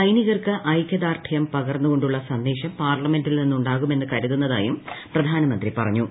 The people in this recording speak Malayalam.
സൈനികർക്ക് ഐകൃദാർഢൃം പകർന്നുകൊണ്ടുള്ള സന്ദേശം പാർലമെന്റിൽ നിന്ന് ഉണ്ടാകുമെന്ന് കരുതുന്നതായും പ്രധാനമന്ത്രി പറഞ്ഞു